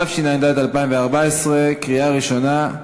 התשע"ד 2014, בקריאה ראשונה.